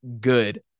good